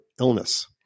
illness